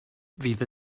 fydd